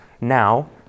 Now